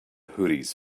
hoodies